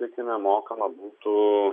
tarkime mokama būtų